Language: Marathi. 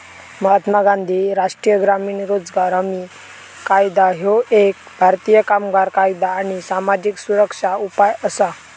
महात्मा गांधी राष्ट्रीय ग्रामीण रोजगार हमी कायदा ह्यो एक भारतीय कामगार कायदा आणि सामाजिक सुरक्षा उपाय असा